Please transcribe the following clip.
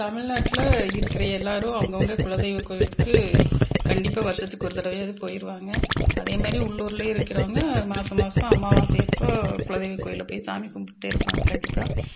தமிழ்நாட்டில் இருக்கிற எல்லோரும் அவங்க அவங்க குலதெய்வக் கோயிலுக்கு கண்டிப்பாக வருஷத்து ஒரு தடவையாவது போய்டுவாங்க அதே மாதிரி உள்ளூர்லையே இருக்கிறவங்க மாதமாதம் அமாவாசை அப்போ குலதெய்வம் கோயிலில் போய் சாமி கும்பிட்டே இருப்பாங்க கண்டிப்பாக